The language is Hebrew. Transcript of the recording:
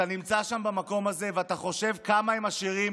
אתה נמצא שם במקום הזה ואתה חושב כמה הם עשירים,